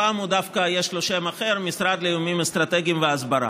הפעם דווקא יש לו שם אחר: המשרד לאיומים אסטרטגיים והסברה.